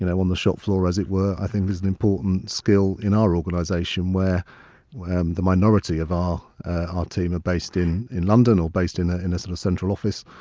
you know on the shop floor, as it were, i think is an important skill in our organisation where where um the minority of our ah team are based in in london or based in ah in a sort of central office,